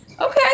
okay